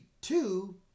two